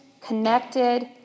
connected